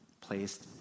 placed